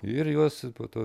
ir juos po to